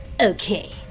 Okay